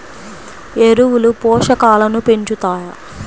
ఎరువులు పోషకాలను పెంచుతాయా?